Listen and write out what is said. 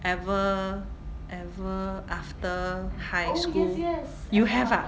ever ever after high school you have ah